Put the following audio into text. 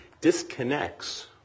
disconnects